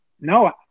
no